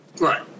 Right